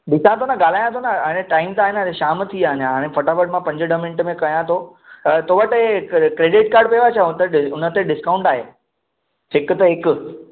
ॾिसां थो न ॻाल्हायां थो न हाणे टाइम त आहे न हाणे शाम थी अञा हाणे फटाफटि मां पंजे मिंटे में कयां थो थो वटि क्रेडिट काड पयो आहे छा हुन ते डिस्काउंट आहे हिकु ते हिकु